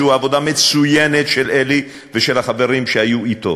שהוא עבודה מצוינת של אלי ושל החברים שהיו אתו,